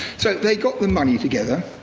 so they got the money together.